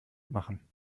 machen